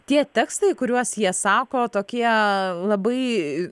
tie tekstai kuriuos jie sako tokie labai